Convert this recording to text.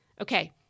Okay